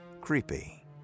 Creepy